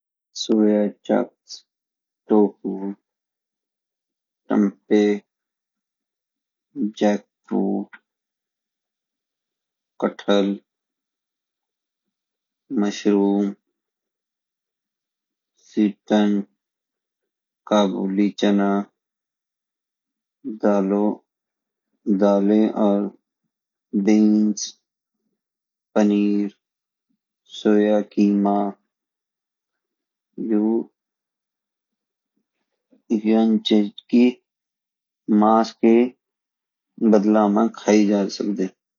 सोया chunk tofu jackfruit कटहल mushroom काबुली चना दालें और बीन्स पनीर सोया कीमा यु यन च की मांस के बदला मा खाई जा सकदी